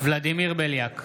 ולדימיר בליאק,